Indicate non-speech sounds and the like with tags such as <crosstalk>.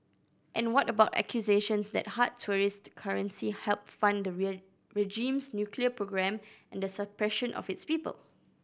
and what about accusations that hard tourist currency help fund the <unintelligible> regime's nuclear program and the suppression of its people